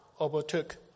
overtook